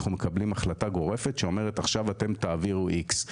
אנחנו מקבלים החלטה גורפת שאומרת: עכשיו אתה תעבירו X,